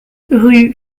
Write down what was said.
rue